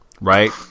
right